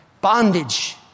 bondage